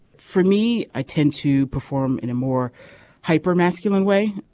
for me i tend to perform in a more hyper masculine way.